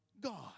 god